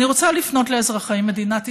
אני רוצה לפנות לאזרחי מדינת ישראל,